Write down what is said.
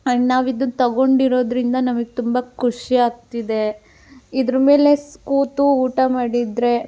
and ನಾವು ಇದನ್ ತೊಗೊಂಡಿರೋದ್ರಿಂದ ನಮಗ್ ತುಂಬ ಖುಷಿಯಾಗ್ತಿದೆ ಇದ್ರ ಮೇಲೆ ಸ್ ಕೂತು ಊಟ ಮಾಡಿದರೆ